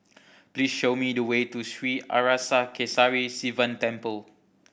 please show me the way to Sri Arasakesari Sivan Temple